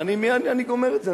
אני גומר את זה,